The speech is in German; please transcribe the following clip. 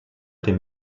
den